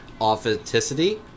authenticity